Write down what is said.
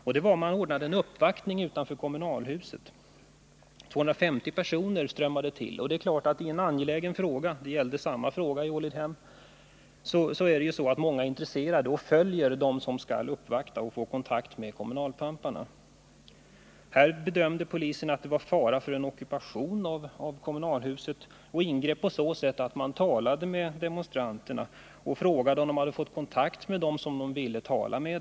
Det gällde en uppvaktning som hade anordnats utanför ett kommunalhus, och 250 personer hade strömmat till. I en angelägen fråga — det gällde samma frågeställning som i Ålidhem — är naturligtvis många intresserade av att följa dem som skall ta kontakt med och uppvakta kommunalpamparna. Poliserna bedömde att det var fara för en ockupation av huset och ingrep genom att tala med demonstranterna och fråga dem, om de hade fått kontakt med dem som de ville tala med.